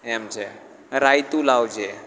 એમ છે રાયતું લાવજે